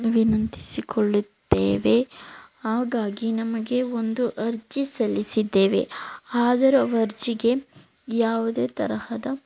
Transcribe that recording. ವಿನಂತಿಸಿಕೊಳ್ಳುತ್ತೇವೆ ಹಾಗಾಗಿ ನಮಗೆ ಒಂದು ಅರ್ಜಿ ಸಲ್ಲಿಸಿದ್ದೇವೆ ಆದರೂ ಆ ಅರ್ಜಿಗೆ ಯಾವುದೇ ತರಹದ